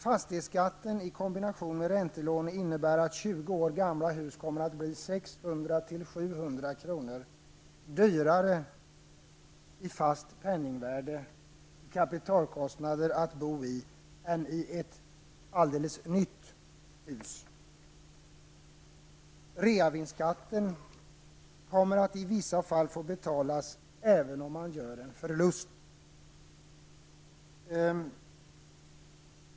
Fastighetsskatt i kombination med räntelån gör att det kommer att bli 600--700 kr. dyrare i månaden i fast penningvärde i kapitalkostnad att bo i ett 20 år gammalt hus än i ett helt nytt hus. Man kommer i vissa fall att få betala reavinstskatt även om man gör en förlust.